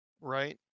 right